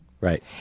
Right